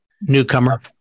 Newcomer